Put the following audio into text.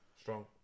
Strong